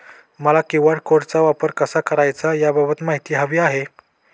मला क्यू.आर कोडचा वापर कसा करायचा याबाबत माहिती हवी आहे